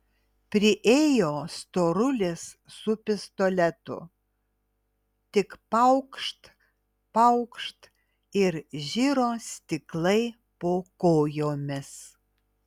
priėjo storulis su pistoletu tik paukšt paukšt ir žiro stiklai po kojomis